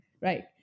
Right